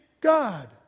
God